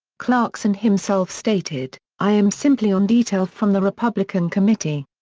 clarkson himself stated, i am simply on detail from the republican committee.